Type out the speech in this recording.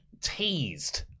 teased